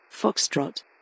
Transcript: Foxtrot